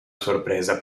sorpresa